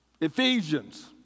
Ephesians